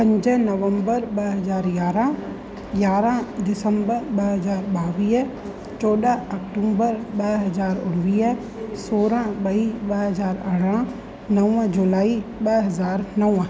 पंज नवंबर ॿ हज़ार यारहां यारहां दिसंबर ॿ हज़ार ॿावीह चोॾहां अक्टूबर ॿ हज़ार उणिवीह सोरहां मई ॿ हज़ार अरिड़हां नव जुलाई ॿ हज़ार नव